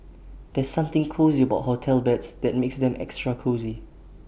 there's something cosy about hotel beds that makes them extra cosy